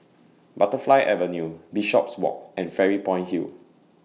Butterfly Avenue Bishopswalk and Fairy Point Hill